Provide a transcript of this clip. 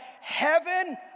heaven